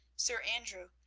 sir andrew,